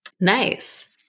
Nice